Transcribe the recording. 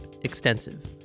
extensive